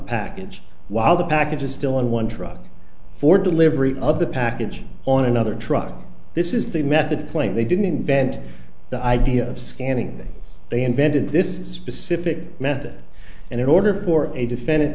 package while the package is still in one drug for delivery of the package on another truck this is the method claim they didn't invent the idea of scanning they invented this specific method and in order for a defend